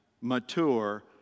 mature